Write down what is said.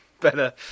better